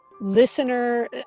listener